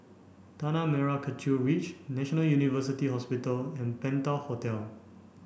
Tanah Merah Kechil Ridge National University Hospital and Penta Hotel